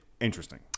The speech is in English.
Interesting